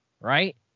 right